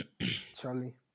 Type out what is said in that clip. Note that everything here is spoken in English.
Charlie